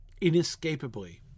inescapably